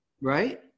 Right